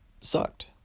sucked